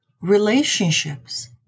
Relationships